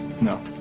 No